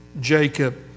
Jacob